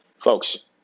Folks